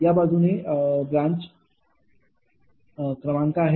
या बाजूने ब्रांच क्रमांक आहे